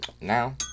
now